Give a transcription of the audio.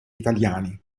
italiani